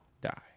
die